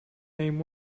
name